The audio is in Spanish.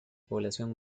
población